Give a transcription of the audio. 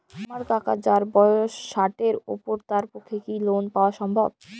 আমার কাকা যাঁর বয়স ষাটের উপর তাঁর পক্ষে কি লোন পাওয়া সম্ভব?